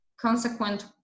consequent